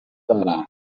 دارم